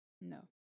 No